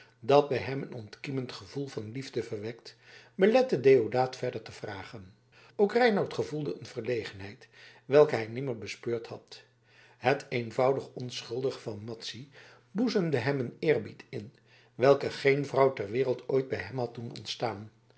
dat bij hem een ontkiemend gevoel van liefde verwekt belette deodaat verder te vragen ook reinout gevoelde een verlegenheid welke hij nimmer bespeurd had het eenvoudig onschuldige van madzy boezemde hem een eerbied in welke geen vrouw ter wereld ooit bij hem had doen ontstaan